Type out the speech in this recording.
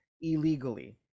illegally